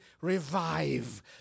revive